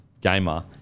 gamer